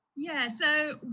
yeah so,